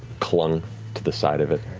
clung to the side of it.